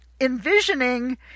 envisioning